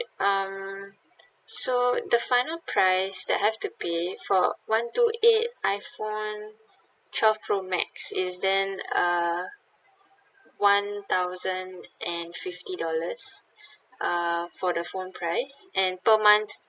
um so the final price that I have to pay for one two eight iphone twelve pro max is then uh one thousand and fifty dollars uh for the phone price and per month